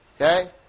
Okay